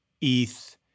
ETH